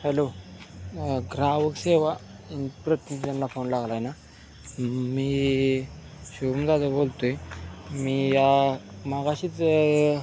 hello ग्राहक सेवा प्रतियांना फोन लागलाय ना मी शुभमदा बोलतोय मी या मागाशीच